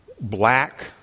black